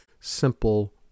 simple